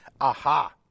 Aha